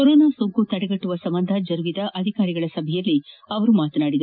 corona ಸೋಂಕು ತಡೆಗಟ್ಟುವ ಸಂಬಂಧ ಜರುಗಿದ ಅಧಿಕಾರಿಗಳ ಸಭೆಯಲ್ಲಿ ಅವರು ಮಾತನಾಡಿದರು